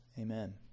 Amen